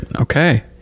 okay